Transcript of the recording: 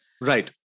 Right